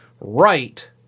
right